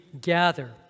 gather